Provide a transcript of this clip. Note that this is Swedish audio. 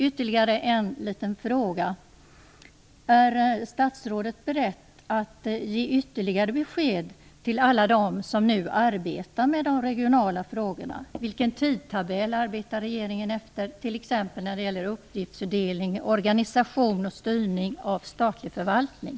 Ytterligare en liten fråga: Är statsrådet berett att ge ytterligare besked till alla dem som nu arbetar med de regionala frågorna? Vilken tidtabell arbetar regeringen efter, t.ex. när det gäller uppgiftsfördelning, organisation och styrning av statlig förvaltning?